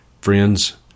Friends